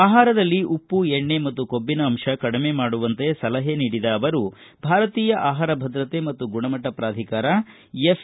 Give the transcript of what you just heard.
ಆಹಾರದಲ್ಲಿ ಉಪ್ಪು ಎಣ್ಣೆ ಮತ್ತು ಕೊಬ್ಬಿನ ಅಂಶ ಕಡಿಮೆ ಮಾಡುವಂತೆ ಸಲಹೆ ನೀಡಿದ ಅವರು ಭಾರತೀಯ ಆಹಾರ ಭದ್ರತೆ ಮತ್ತು ಗುಣಮಟ್ಟ ಪ್ರಾಧಿಕಾರ ಎಫ್